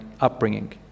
upbringing